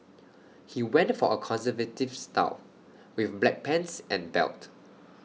he went for A conservative style with black pants and belt